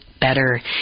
better